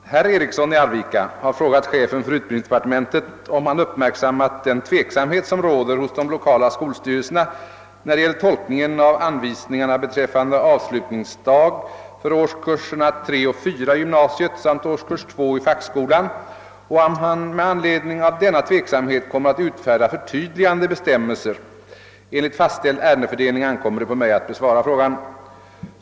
Herr talman! Herr Eriksson i Arvika har frågat chefen för utbildningsdepartementet, om han uppmärksammat den tveksamhet som råder hos de lokala skolstyrelserna när det gäller tolkningen av anvisningarna beträffande avslut ningsdag för årskurserna 3 och 4 i gymnasiet samt årskurs 2 i fackskolan och om han med anledning av denna tveksamhet kommer att utfärda förtydligande bestämmelser. Enligt fastställd ärendefördelning ankommer det på mig att besvara frågan.